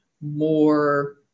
more